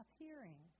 appearing